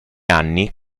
anni